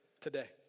today